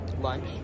lunch